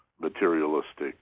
materialistic